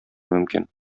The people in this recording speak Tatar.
мөмкин